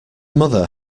mother